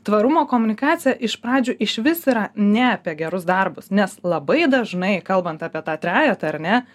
tvarumo komunikacija iš pradžių išvis yra ne apie gerus darbus nes labai dažnai kalbant apie tą trejetą ar ne